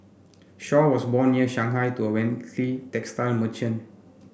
Shaw was born near Shanghai to a wealthy textile merchant